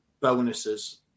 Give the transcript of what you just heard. bonuses